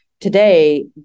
Today